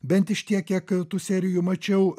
bent iš tiek kiek tų serijų mačiau